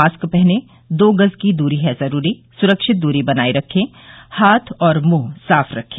mask पहनें दो गज की दूरी है जरूरी सुरक्षित दूरी बनाए रखें हाथ और मुंह साफ रखें